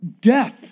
Death